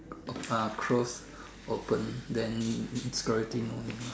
ah close open then security no need lah